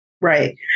Right